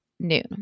noon